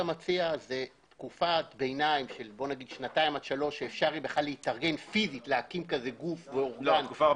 אתה מציע תקופת ביניים של שנתיים או שלוש שתאפר להקים את גופי הגבייה